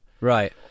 Right